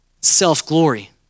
self-glory